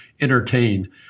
entertain